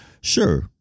Sure